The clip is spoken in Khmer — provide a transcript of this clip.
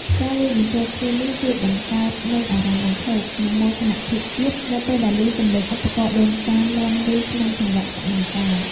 ការលាយបញ្ចូលគ្នានេះជួយបង្កើតនូវអារម្មណ៍រំភើប និងមោទនភាពជាតិ នៅពេលដែលឮសំឡេងឧបករណ៍ដូនតា លាន់ឮក្នុងចង្វាក់សម័យកាល។